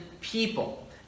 people